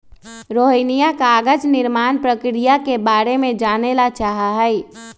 रोहिणीया कागज निर्माण प्रक्रिया के बारे में जाने ला चाहा हई